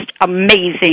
amazing